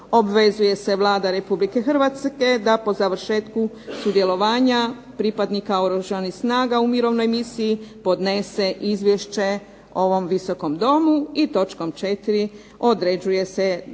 obvezuje se Vlada Republike Hrvatske da po završetku sudjelovanja pripadnika Oružanih snaga u mirovnoj misiji podnese izvješće ovom Visokom domu. I točkom četiri određuje se datum